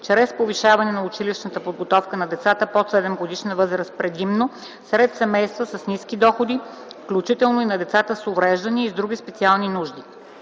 чрез повишаване на училищната подготовка на децата под 7-годишна възраст, предимно сред семейства с ниски доходи, включително и на децата с увреждания и с други специални нужди.